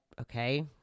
okay